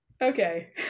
Okay